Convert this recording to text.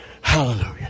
Hallelujah